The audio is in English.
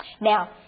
Now